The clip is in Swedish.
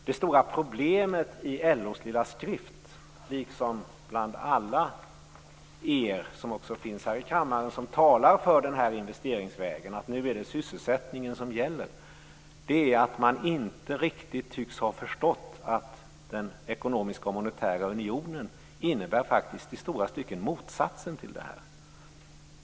Det stora problemet med LO:s lilla skrift, liksom bland er i denna kammare, som talar för investeringsvägen, att det nu är sysselsättningen som gäller, är att man inte riktigt tycks ha förstått att den ekonomiska och monetära unionen faktiskt i stora stycken innebär motsatsen.